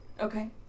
Okay